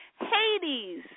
Hades